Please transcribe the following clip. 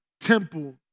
temple